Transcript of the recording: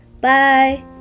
Bye